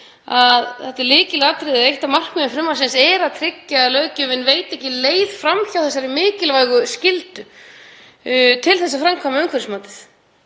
Þetta er lykilatriði og eitt af markmiðum frumvarpsins er að tryggja að löggjöfin veiti ekki leið fram hjá þessari mikilvægu skyldu til að framkvæma umhverfismatið.